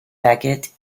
becket